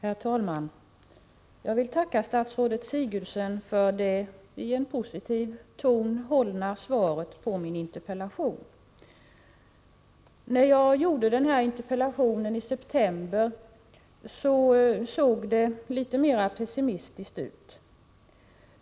Herr talman! Jag vill tacka statsrådet Sigurdsen för det i en positiv ton hållna svaret på min interpellation. När jag i september skrev interpellationen såg det litet mera pessimistiskt ut.